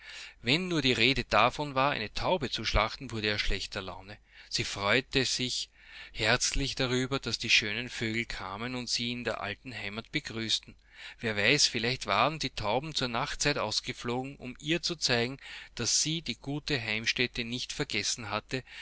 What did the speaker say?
wenn nur die rede davon war eine taube zu schlachten wurde er schlechter laune sie freute sich herzlich darüber daß die schönen vögel kamen und sie in der alten heimat begrüßten werweiß vielleichtwarendietaubenzurnachtzeitausgeflogen um ihr zu zeigen daß sie die gute heimstätte nicht vergessen hatten